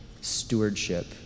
stewardship